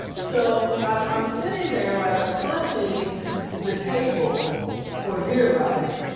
so i'm um sitting there like clutching the table for dear life.